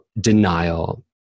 denial